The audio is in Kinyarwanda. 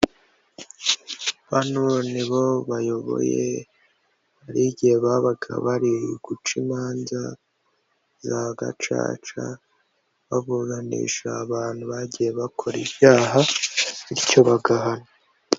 Bano nibo bayoboye hari igihe babaga bari uguca imanza, za gacaca baburanisha abantu bagiye bakora ibyaha bityo bagahanwa.